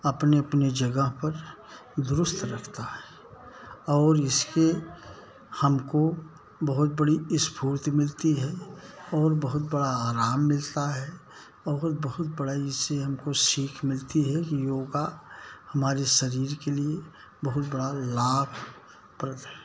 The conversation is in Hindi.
अपनी अपनी जगह पर दुरुस्त रखता है और इससे हमको बहुत बड़ी स्फूर्ति मिलती है और बहुत बड़ा आराम मिलता है और बहुत इससे हमको सीख मिलती है कि योगा हमारे शरीर के लिए बहुत बड़ा लाभ पड़ता है